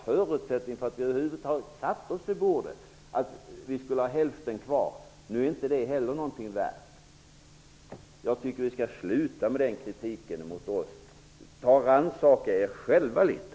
Förutsättningen för att vi över huvud taget satte oss vid förhandlingsbordet var ju att vi skulle ha hälften kvar. Jag tycker att ni skall sluta kritisera oss och rannsaka er själva litet!